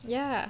ya